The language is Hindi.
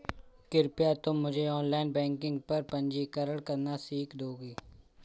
कृपया तुम मुझे ऑनलाइन बैंकिंग पर पंजीकरण करना सीख दोगे?